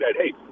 Hey